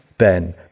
Ben